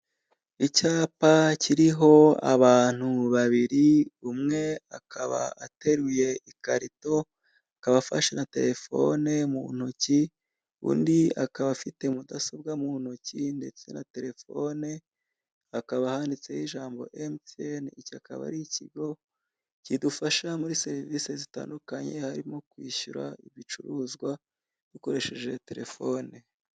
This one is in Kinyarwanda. Icyapa kiriho abantu babiri, umwe akaba ateruye ikarito, akaba afashe na telefone mu ntoki, undi akaba afite mudasobwa mu ntoki, ndetse na telefone, hakaba handitseho ijambo emutiyene, iki akaba ari ikigo, kidufasha muri serivisi zitandukanye harimo kwishyura ibicuruzwa, ukoresheje telefone.